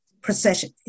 procession